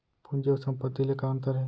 पूंजी अऊ संपत्ति ले का अंतर हे?